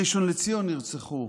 בראשון לציון נרצחו